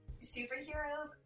superheroes